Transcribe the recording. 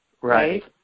Right